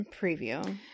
preview